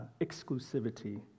exclusivity